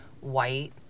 white